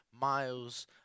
Miles